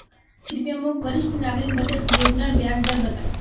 कृप्या मोक वरिष्ठ नागरिक बचत योज्नार ब्याज दर बता